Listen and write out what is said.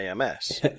AMS